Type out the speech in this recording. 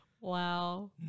Wow